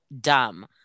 dumb